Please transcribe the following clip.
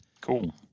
Cool